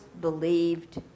believed